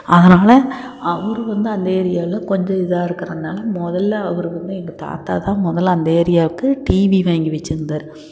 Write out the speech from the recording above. அதனால் அவரு வந்து அந்த ஏரியாவில் கொஞ்சம் இதா இருக்கறனால முதல்ல அவருக்கு அப்புறம் எங்கள் தாத்தாதான் முதல்ல அந்த ஏரியாவுக்கு டிவி வாங்கி வச்சுருந்தாரு